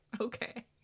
Okay